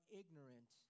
ignorant